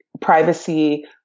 privacy